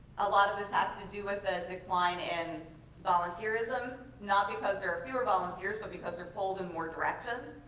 a lot of this has to do with the decline in volunteerism, not because there are fewer volunteers but because they are pulled in more directions.